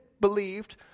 believed